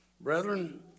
Brethren